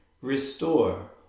Restore